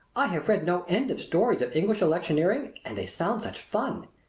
i have read no end of stories of english electioneering, and they sound such fun!